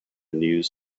news